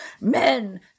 men